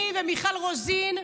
אני ומיכל רוזין,